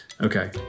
Okay